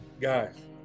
guys